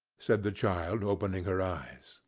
said the child, opening her eyes,